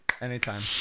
Anytime